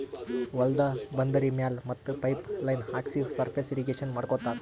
ಹೊಲ್ದ ಬಂದರಿ ಮ್ಯಾಲ್ ಮತ್ತ್ ಪೈಪ್ ಲೈನ್ ಹಾಕ್ಸಿ ಸರ್ಫೇಸ್ ಇರ್ರೀಗೇಷನ್ ಮಾಡ್ಕೋತ್ತಾರ್